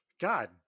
God